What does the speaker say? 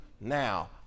now